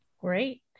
Great